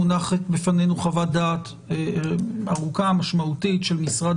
מונחת בפנינו חוות דעת ארוכה ומשמעותית של משרד